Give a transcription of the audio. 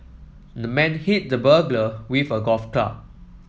the man hit the burglar with a golf club